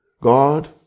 God